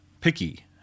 picky